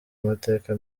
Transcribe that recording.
amateka